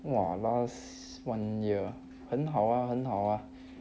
!wah! last one year 很好 ah 很好 ah